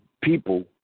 people